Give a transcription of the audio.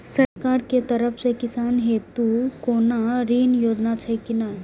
सरकार के तरफ से किसान हेतू कोना ऋण योजना छै कि नहिं?